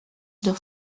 the